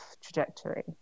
trajectory